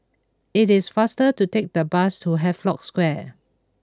it is faster to take the bus to Havelock Square